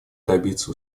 добиться